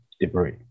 debris